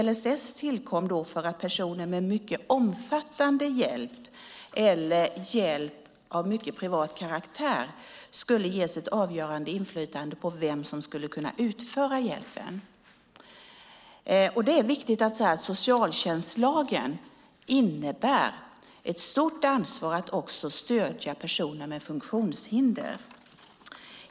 LSS tillkom i stället för att personer med behov av mycket omfattande hjälp eller hjälp av mycket privat karaktär skulle ges ett avgörande inflytande över vem som skulle kunna utföra hjälpen. Det är viktigt att säga att socialtjänstlagen innebär ett stort ansvar att också stödja personer med funktionshinder.